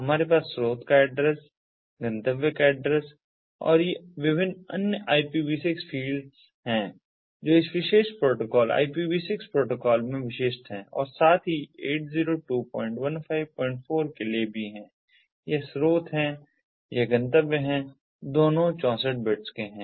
हमारे पास स्रोत का एड्रेस गंतव्य का एड्रेस और ये विभिन्न अन्य IPV6 फ़ील्ड्स हैं जो इस विशेष प्रोटोकॉल IPV6 प्रोटोकॉल में विशिष्ट हैं और साथ ही 802154 के लिए भी हैं यह स्रोत है यह गंतव्य है दोनों 64 बिट्स हैं